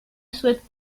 souhaite